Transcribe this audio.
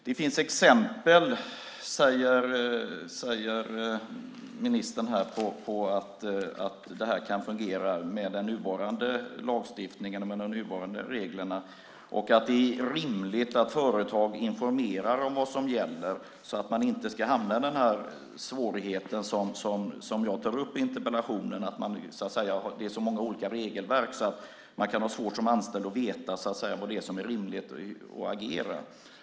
Det finns exempel, säger ministern, på att det här kan fungera med den nuvarande lagstiftningen och de nuvarande reglerna och att det är rimligt att företag informerar om vad som gäller så att man inte hamnar i den svårighet som jag tar upp i interpellationen, att det är så många olika regelverk att man som anställd kan ha svårt att veta när det är rimligt att agera.